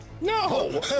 No